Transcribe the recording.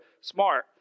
smart